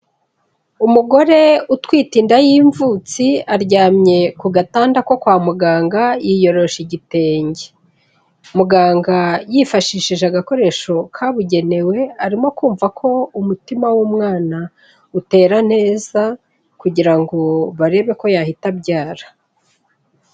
Umugore utwite inda y'imvutsi aryamye ku gatanda ko kwa muganga yiyoroshe igitenge. Muganga yifashishije agakoresho kabugenewe, arimo kumva ko umutima w'umwana utera neza kugira ngo barebe ko yahita abyara.